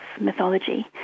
mythology